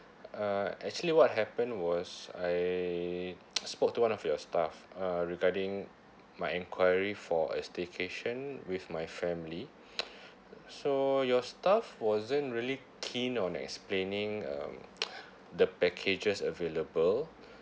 uh actually what happened was I spoke to one of your staffs uh regarding my enquiry for a staycation with my family so your staff wasn't really keen on explaining um the packages available